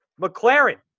McLaren